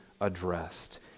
addressed